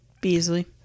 Beasley